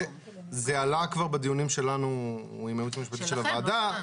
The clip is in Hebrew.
כבר בדיונים שלנו עם הייעוץ המשפטי של הוועדה.